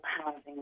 housing